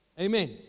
amen